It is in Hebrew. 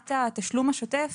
מבחינת התשלום השוטף